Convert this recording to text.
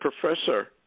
professor